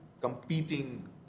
competing